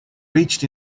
reached